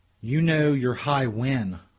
you-know-your-high-win